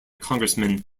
congressman